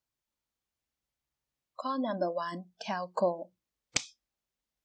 call number one telco